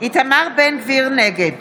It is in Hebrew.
נגד